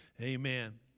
Amen